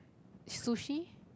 sushi